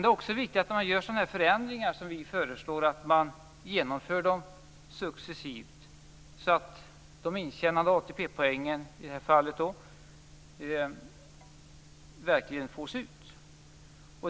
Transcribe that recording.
Det är också viktigt att sådana förändringar som vi föreslår genomförs successivt, så att de intjänade ATP-poängen verkligen ges ut.